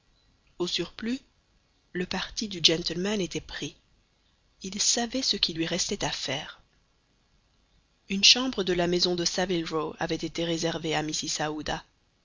au surplus le parti du gentleman était pris il savait ce qui lui restait à faire une chambre de la maison de saville row avait été réservée à mrs aouda